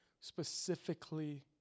specifically